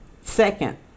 Second